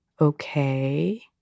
Okay